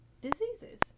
diseases